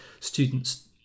Students